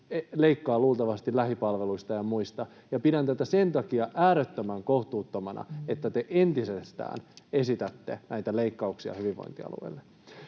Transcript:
leikkaa luultavasti lähipalveluista ja muista, ja pidän tätä äärettömän kohtuuttomana sen takia, että te entisestään esitätte näitä leikkauksia hyvinvointialueille.